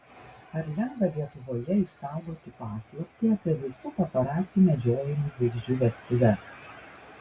ar lengva lietuvoje išsaugoti paslaptį apie visų paparacių medžiojamų žvaigždžių vestuves